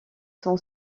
son